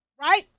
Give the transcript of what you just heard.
Right